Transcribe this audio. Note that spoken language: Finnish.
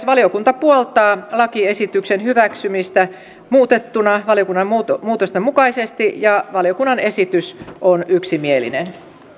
valiokunta puoltaa lakiesityksen hyväksymistä muutettuna valiokunnan muutosten mukaisesti ja valiokunnan esitys on yksimielinen